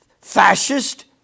fascist